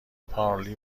پارلی